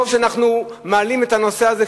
טוב שאנחנו מעלים את הנושא הזה,